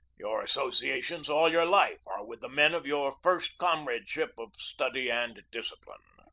your associations all your life are with the men of your first comradeship of study and discipline.